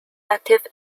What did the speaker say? active